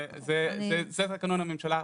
זה תקנון הממשלה,